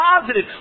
positive